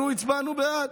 אנחנו הצבענו בעד.